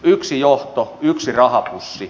yksi johto yksi rahapussi